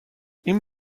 این